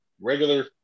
regular